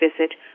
visit